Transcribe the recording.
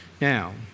Now